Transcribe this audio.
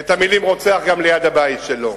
את המלים "רוצח" גם ליד הבית שלו.